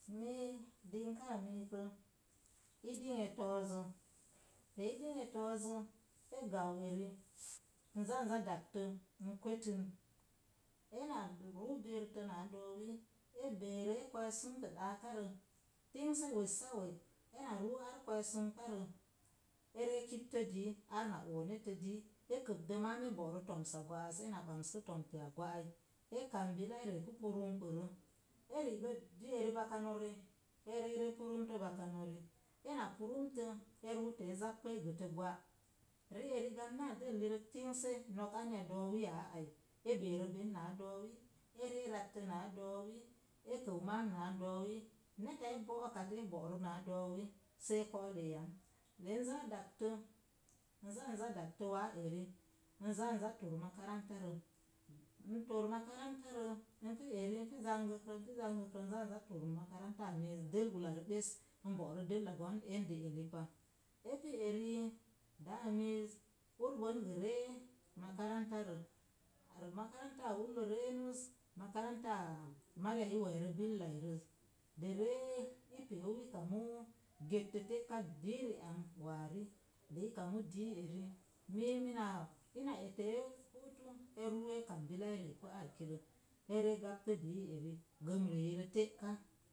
Mii, dingkaa miikrə, i dingnə fo̱o̱zo. De i dingue to̱o̱zo, e gau eri. N zaa za dagtə, n kwetən. Ena ruu beerettə naa do̱o̱wiyi, e beerə e kwe̱e̱sənkə ɗaakarə tingse wessawe. Ena ruuar kwe̱e̱sənke ree kittə dii, ar na oo nittə dii ere kapdə maam e bo̱'rə to̱msa gwa'as. Ena bams pi to̱mteya gwa'ai, ekam bila e reepu purunkorə. E ri'gə dii eri bakano’ rəi, e ree e purumtə bakano'rəi. Ena purumtə, e ruupə e zappu e gətə gwa. Ri'eri gapnaa dəllirək tingse, nok anya do̱o̱wiya ai, e beerə ben naa do̱o̱wiyi, e ree ratəə na do̱o̱wiye kəu maam naa do̱o̱wiyi. Neta e bo̱'o̱kat e bo̱'rə naa do̱o̱wiyi see ko̱o̱lo yam. De n zaa dagtə, n za n za dagtə waa eri, n za nza to̱r makarantaro. N tor makarantaro n pu eri n pa zangəgro, n pu zangəgrə n zaa n za tor makranta miiz dəl ulage bes. N bo̱'rə, n bo'ru gwan dəlla endəllə pa. Epa eri daaa mii ur bəngə ree makaranta rə. Makarantaa ullə rennuz, makarantaa mariya i we̱e̱rə billairəz. De ree i pe'u i kamu gettə te'ka dii ri ang, waari. De i kamu dii eri, mii mina, ina etee huutu e̱ ruu e kam bila e ri'gə arkirə ere gaptə dii eri gəmriyirə te'ka.